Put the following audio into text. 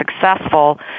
successful